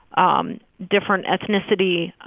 um different ethnicity,